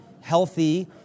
healthy